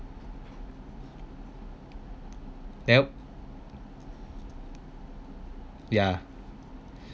yup yeah